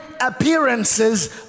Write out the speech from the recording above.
appearances